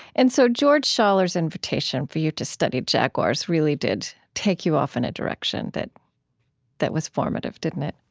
and so george schaller's invitation for you to study jaguars really did take you off in a direction that that was formative, didn't it?